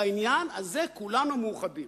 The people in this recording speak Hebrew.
בעניין הזה כולנו מאוחדים.